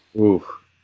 Oof